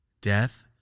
Death